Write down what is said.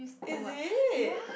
is it